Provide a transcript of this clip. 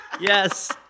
Yes